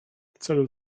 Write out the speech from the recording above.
celu